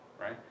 right